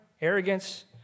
arrogance